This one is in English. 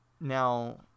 Now